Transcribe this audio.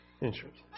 insurance